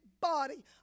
body